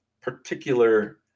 particular